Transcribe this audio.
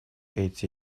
эти